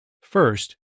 First